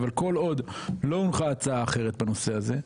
אבל כל עוד לא הונחה הצעה אחרת בנושא הזה,